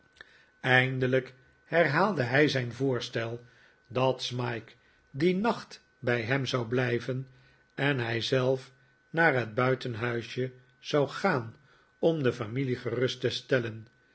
eindelijk herhaalde hij zijn voorstel dat smike dien nacht bij hem zou blijven en hij zelf naar het buitenhuisje zou gaan om de familie gerust te stellen